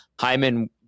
Hyman